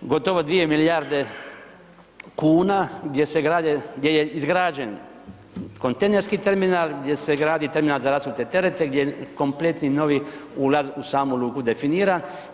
gotovo 2 milijarde kuna, gdje je izgrađen kontejnerski terminal, gdje se gradi terminal za rasute terete, gdje kompletni novi ulaz u samu luku definiran.